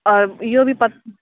इहो बि पत